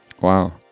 Wow